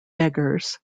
beggars